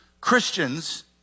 Christians